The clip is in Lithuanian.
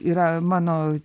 yra mano